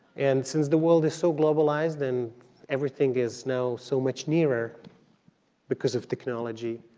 and since the world is so globalized, and everything is now so much nearer because of technology,